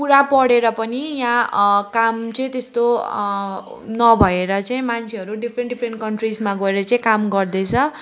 पुरा पढेर पनि यहाँ काम चाहिँ त्यस्तो नभएर चाहिँ मान्छेहरू डिफ्रेन्ट डिफ्रेन्ट कन्ट्रीजमा गएर चाहिँ काम गर्दैछ